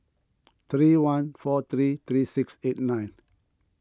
three one four three three six eight nine